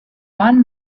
one